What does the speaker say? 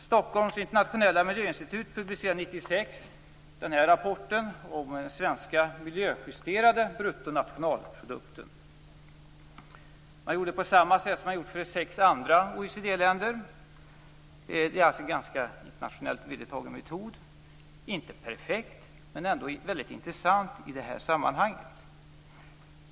Stockholms internationella miljöinstitut publicerade 1996 en rapport om den svenska miljöjusterade bruttonationalprodukten. Man gjorde på samma sätt som man gjort för sex andra OECD-länder. Det är en internationellt ganska vedertagen metod, inte perfekt men ändå väldigt intressant i det här sammanhanget.